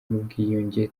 n’ubwiyunge